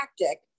tactic